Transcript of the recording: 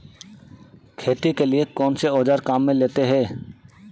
खेती के लिए कौनसे औज़ार काम में लेते हैं?